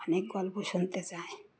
অনেক কল বানাতে চায়